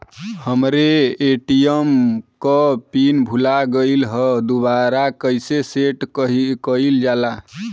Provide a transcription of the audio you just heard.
हमरे ए.टी.एम क पिन भूला गईलह दुबारा कईसे सेट कइलजाला?